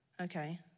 okay